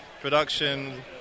production